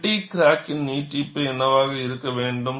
ஃப்பெட்டிக் கிராக்கின் நீட்டிப்பு என்னவாக இருக்க வேண்டும்